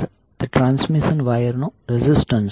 R તે transmission વાયરનો resistance છે